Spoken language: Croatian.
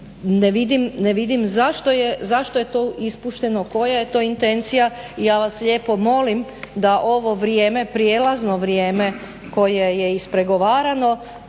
ne vidim zašto je to ispušteno, koja je to intencija i ja vas lijepo molim da ovo prijelazno vrijeme koje je ispregovarano